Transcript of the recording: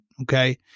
okay